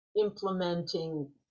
implementing